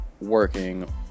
working